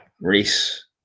Reese